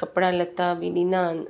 कपिड़ा लटा बि ॾींदा आहिनि